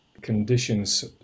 conditions